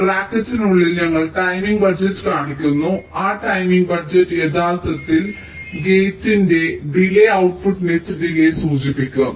ബ്രാക്കറ്റിനുള്ളിൽ ഞങ്ങൾ timing budget കാണിക്കുന്നു ആ ടൈമിംഗ് ബജറ്റ് യഥാർത്ഥത്തിൽ ഗേറ്റിന്റെ ഡിലേയ് ഔട്ട്പുട്ട് നെറ്റ് ഡിലേയ് സൂചിപ്പിക്കും